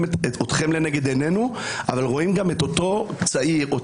אז מותר לקלל את אימא שלי, את הבת שלי ואת